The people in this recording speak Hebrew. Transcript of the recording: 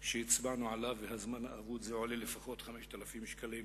שהצבענו עליו והזמן האבוד עולה לפחות 5,000 שקלים.